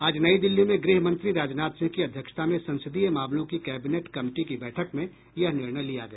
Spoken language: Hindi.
आज नई दिल्ली में गृह मंत्री राजनाथ सिंह की अध्यक्षता में संसदीय मामलों की कैबिनेट कमेटी की बैठक में यह निर्णय लिया गया